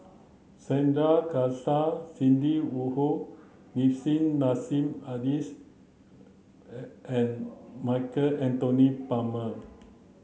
Sandrasegaran Sidney Woodhull Nissim Nassim Adis and Michael Anthony Palmer